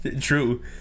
true